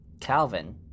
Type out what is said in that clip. Calvin